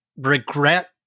regret